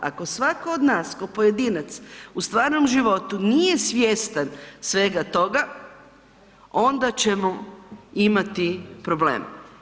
Ako svatko od nas ko pojedinac u stvarnom životu nije svjestan svega toga onda ćemo imati problem.